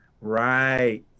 Right